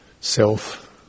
Self